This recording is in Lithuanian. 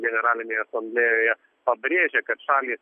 generalinėje asamblėjoje pabrėžė kad šalys